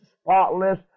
spotless